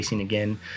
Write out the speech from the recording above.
again